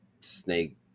snake